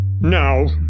Now